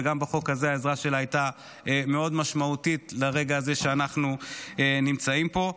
וגם בחוק הזה העזרה שלה הייתה מאוד משמעותית לרגע הזה שאנחנו נמצאים פה,